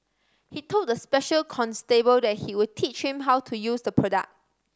he told the special constable that he would teach him how to use the products